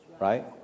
right